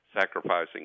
sacrificing